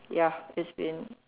ya it's been